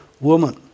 woman